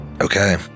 Okay